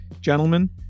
Gentlemen